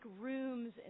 rooms